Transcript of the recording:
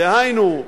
דהיינו,